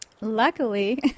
Luckily